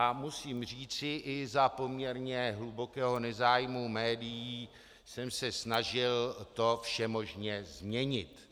A musím říci, i za poměrně hlubokého nezájmu médií jsem se snažil to všemožně změnit.